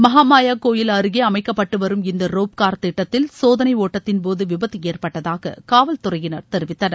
மகா மாயா கோயில் அருகே அமைக்கப்பட்டுவரும் இந்த ரோப் கார் திட்டத்தில் சோதனை ஒட்டத்தின்போது விபத்து ஏற்பட்டதாக காவல்துறையினர் தெரிவித்தனர்